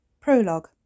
Prologue